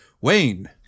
Wayne